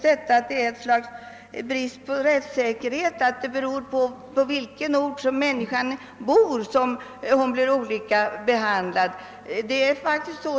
Det innebär ett slags brist på rättssäkerhet att det beror på i vilken ort en människa bor hur hon blir behandlad.